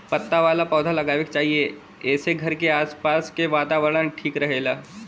पत्ता वाला पौधा लगावे के चाही एसे घर के आस पास के वातावरण ठीक रहेला